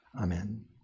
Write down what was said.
Amen